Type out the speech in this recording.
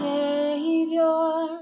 Savior